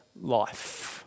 life